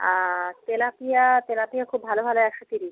আর tilapia tilapia খুব ভালো ভালো একশো তিরিশ